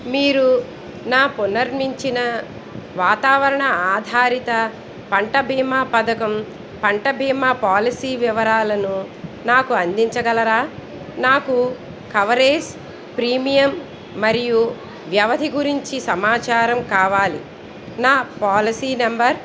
మీరు నా పునర్నిర్మించిన వాతావరణ ఆధారిత పంట బీమా పథకం పంట బీమా పాలసీ వివరాలను నాకు అందించగలరా నాకు కవరేజ్ ప్రీమియం మరియు వ్యవధి గురించి సమాచారం కావాలి నా పాలసీ నెంబర్